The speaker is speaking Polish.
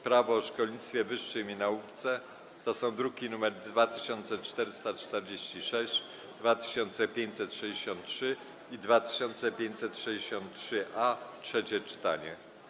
Prawo o szkolnictwie wyższym i nauce (druki nr 2446, 2563 i 2563-A) - trzecie czytanie.